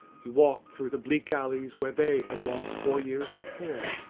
he walked through the bleak alleys where they had walked four years before.